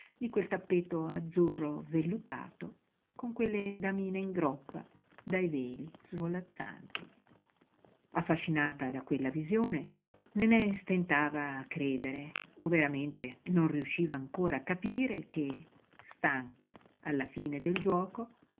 di quel tappeto azzurro vellutato con quelle damine in groppa dai veli svolazzanti affascinata da quella visione nenè stentava a credere o veramente non riusciva ancora a capire che stanca alla fine del giuoco